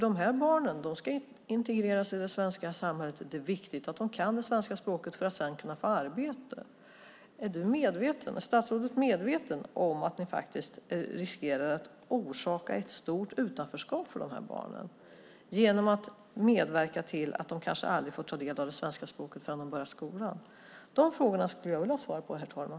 De här barnen ska integreras i det svenska samhället, och det är viktigt att de kan det svenska språket för att sedan kunna få arbete. Är statsrådet medveten om att man riskerar att orsaka ett stort utanförskap för de här barnen genom att medverka till att de kanske aldrig får ta del av det svenska språket förrän de börjar skolan? De frågorna skulle jag vilja ha svar på, herr talman.